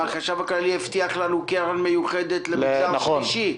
החשב הכללי הבטיח לנו קרן מיוחדת למגזר השלישי,